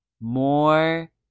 more